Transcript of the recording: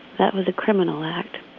that was a criminal act